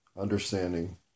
understanding